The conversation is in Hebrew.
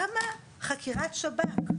למה חקירת שב"כ?